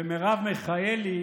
מרב מיכאלי